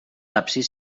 absis